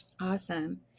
Awesome